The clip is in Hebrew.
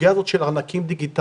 הסוגייה הזו של ארנקים דיגיטליים,